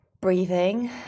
breathing